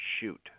Shoot